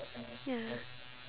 ya